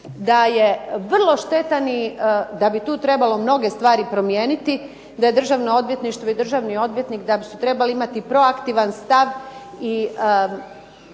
da je vrlo štetan i da bi tu trebalo mnoge stvari promijeniti. Da je Državno odvjetništvo i državni odvjetnik da su trebali imati proaktivan stav i